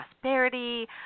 prosperity